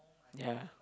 ya